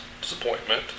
disappointment